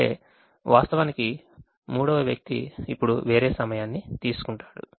అంటే వాస్తవానికి మూడవ వ్యక్తి ఇప్పుడు వేరే సమయాన్ని తీసుకుంటాడు